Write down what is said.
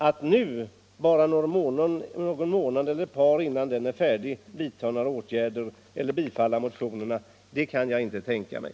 Att nu, bara ett par månader innan utredningen är färdig, vidta åtgärder eller bifalla motionerna är något som jag inte kan tänka mig.